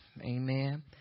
Amen